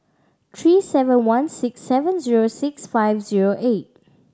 three seven one six seven zero six five zero eight